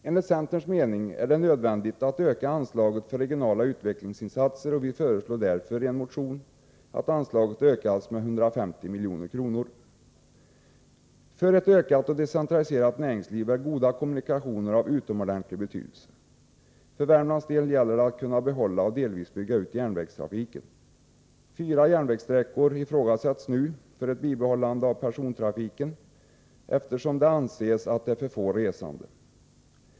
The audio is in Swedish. Enligt centerns mening är det nödvändigt att öka anslaget för regionala utvecklingsinsatser, och vi föreslår därför i en motion att anslaget ökas med 150 milj.kr. För ett ökat och decentraliserat näringsliv är goda kommunikationer av utomordentlig betydelse. För Värmlands del gäller det att kunna behålla och delvis bygga ut järnvägstrafiken. När det gäller fyra järnvägssträckor ifrågasätts nu ett bibehållande av persontrafiken, eftersom det anses att det är för få resande.